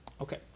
Okay